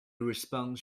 response